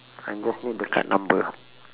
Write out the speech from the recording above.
I just need the card number